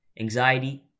anxiety